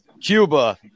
Cuba